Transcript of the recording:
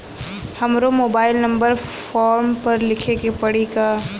हमरो mobile number form पर लिखे के पड़ी का?